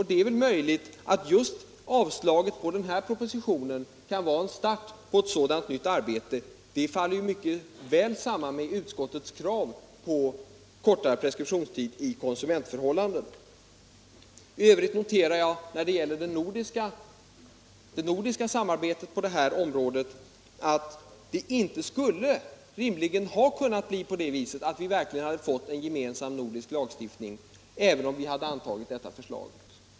Det är väl möjligt att just avslaget på den här propositionen kan vara en start för ett sådant nytt arbete. Det faller ju mycket väl samman med utskottets krav på kortare preskriptionstid i konsumentförhållanden. I övrigt noterar jag när det gäller det nordiska samarbetet på det här området att vi inte rimligen skulle ha kunnat få en gemensam nordisk lagstiftning, även om vi hade antagit detta förslag.